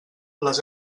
les